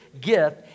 gift